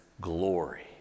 glory